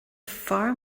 fear